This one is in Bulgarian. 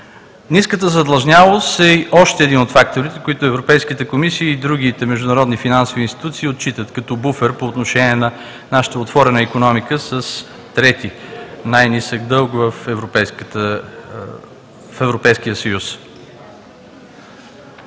Ниската задлъжнялост е още един от факторите, които Европейската комисия и другите международни финансови институции отчитат като буфер по отношение на нашата отворена икономика с трети най-нисък дълг в Европейския съюз.